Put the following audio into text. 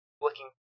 Looking